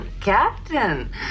Captain